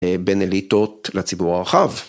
בין אליטות לציבור הרחב.